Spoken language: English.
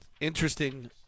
Interesting